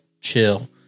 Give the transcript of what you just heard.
chill